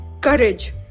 courage